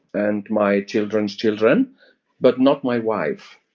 and my children's children but not my wife.